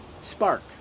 spark